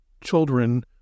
children